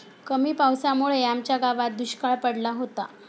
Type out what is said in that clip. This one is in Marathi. कमी पावसामुळे आमच्या गावात दुष्काळ पडला होता